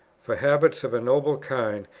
for habits of a noble kind,